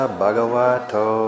Bhagavato